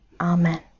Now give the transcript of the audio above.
Amen